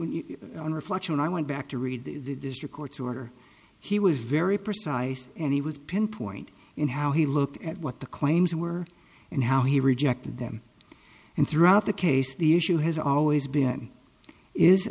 would on reflection i went back to read the district court's order he was very precise and he would pinpoint in how he looked at what the claims were and how he rejected them and throughout the case the issue has always been is